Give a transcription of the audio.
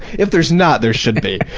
if there's not, there should be!